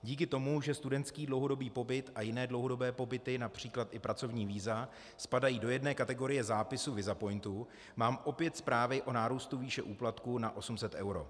Díky tomu, že studentský dlouhodobý pobyt a jiné dlouhodobé pobyty, například i pracovní víza, spadají do jedné kategorie zápisů Visapointu, mám opět zprávy o nárůstu výše úplatků na 800 eur.